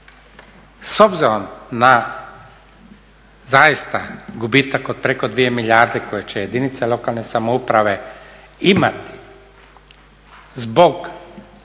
S obzirom na zaista gubitak od preko 2 milijarde koje će jedinice lokalne samouprave imati zbog